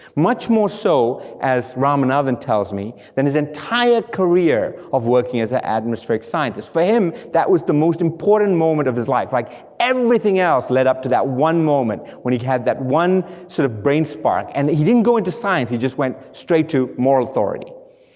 much more so, as ram and anavan tells me, than his entire career of working as an atmospheric scientist, for him, that was the most important moment of his life, like everything else led up to that one moment, when he had that one sort of brain spark, and that he didn't go into science, he just went straight to moral authority.